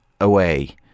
away